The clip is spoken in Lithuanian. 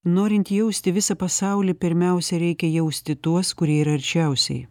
norint jausti visą pasaulį pirmiausia reikia jausti tuos kurie yra arčiausiai